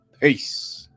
Peace